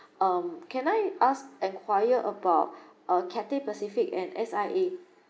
um can I ask inquire about uh Cathay Pacific and S_I_A